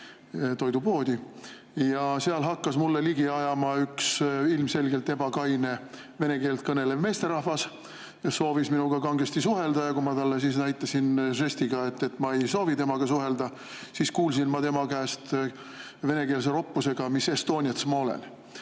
toidupoodi, ja seal hakkas mulle ligi ajama üks ilmselgelt ebakaine vene keelt kõnelev meesterahvas, kes soovis minuga kangesti suhelda. Kui ma talle näitasin žestiga, et ma ei soovi temaga suhelda, siis kuulsin ma tema käest venekeelset roppust, et mis estonets ma olen.